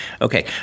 okay